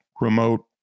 remote